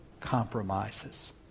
compromises